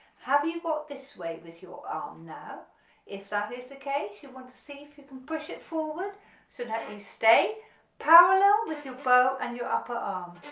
have you got this way with your arm now if that is the case you want to see if you can push it forward so that you stay parallel with your bow and your upper arm,